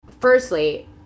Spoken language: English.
firstly